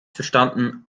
verstanden